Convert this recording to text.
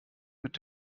mit